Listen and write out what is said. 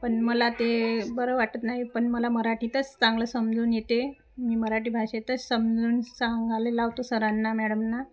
पण मला ते बरं वाटत नाही पण मला मराठीतच चांगलं समजून येते मी मराठी भाषेतच समजून सांगायला लावतो सरांना मॅडमना